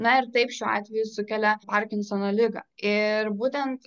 na ir taip šiuo atveju sukelia parkinsono ligą ir būtent